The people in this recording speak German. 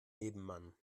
nebenmann